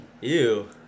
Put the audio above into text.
Ew